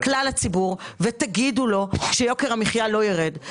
כלל הציבור ותגידו לו שיוקר המחיה לא יירד.